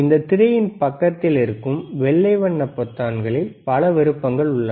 இந்தத் திரையின் பக்கத்தில் இருக்கும் வெள்ளை வண்ண பொத்தான்களில் பல விருப்பங்கள் உள்ளன